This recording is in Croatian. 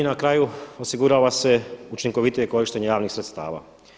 I na kraju osigurava se učinkovitije korištenje javnih sredstava.